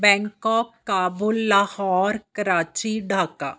Bangkok Kabul Lahore Karachi Dhaka